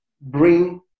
bring